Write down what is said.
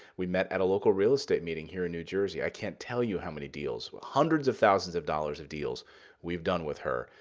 we met at a local real estate meeting here in new jersey. i can't tell you how many deals, hundreds of thousands of dollars in deals we've done with her,